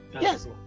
yes